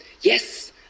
Yes